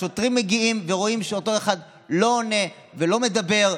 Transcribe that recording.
השוטרים מגיעים ורואים שאותו אחד לא עונה ולא מדבר,